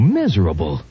miserable